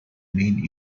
main